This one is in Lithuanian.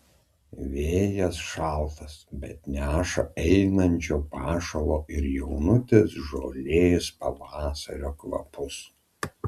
vėjas šaltas bet neša einančio pašalo ir jaunutės žolės pavasario kvapus